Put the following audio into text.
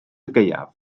gaeaf